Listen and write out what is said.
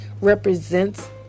represents